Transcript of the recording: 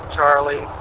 Charlie